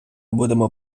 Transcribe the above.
будемо